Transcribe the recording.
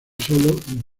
sólo